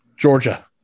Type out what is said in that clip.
Georgia